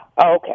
Okay